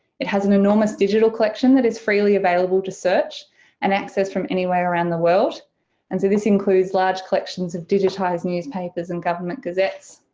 it has an enormous digital collection that is freely available to search and access from any where around the world and so this includes large collections of digitized newspapers and government gazettes.